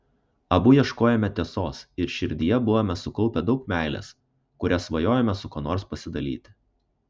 abu ieškojome tiesos ir širdyje buvome sukaupę daug meilės kuria svajojome su kuo nors pasidalyti